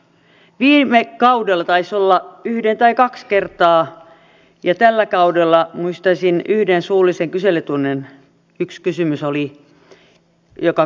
viime kaudella taisi olla yksi tai kaksi kertaa ja tällä kaudella muistaisin yhden suullisen kyselytunnin yhden kysymyksen joka koski eläimiä